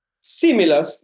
Similar